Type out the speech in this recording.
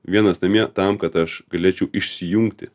vienas namie tam kad aš galėčiau išsijungti